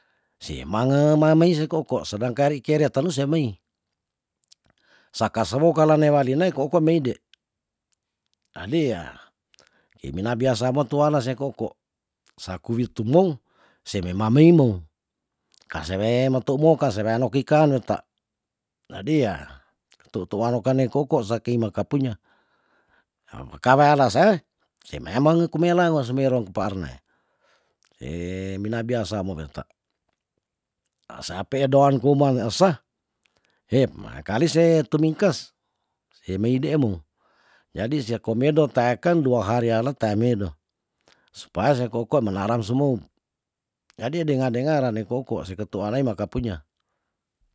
Se mange mamei se koukou sedang kari kere telu semei sakasewo kalane walina koukou mei dei, jadi yah kimina biasa mo tuana se koukou sakuwi tumong semema meimo kasewe motou moka serano kikaneta jadi yah ketu tuwano kane koukou sakimaka punya wekawe alase semei amange kumela wasmerok paarn mina biasa mo weta asape doan kumane esa he makali se tumingkas semei dei mo jadi seko medo teaken dua hari alo teamedo supaya se koukou melarang semoup jadi dengar dengaran ni koukou sekatuare makapunya